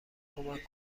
کمک